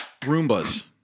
Roombas